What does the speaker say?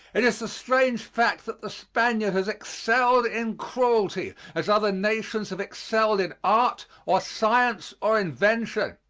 it is a strange fact that the spaniard has excelled in cruelty as other nations have excelled in art or science or invention.